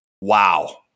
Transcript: Wow